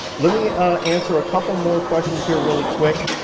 let me answer a couple more questions here really quick.